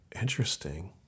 interesting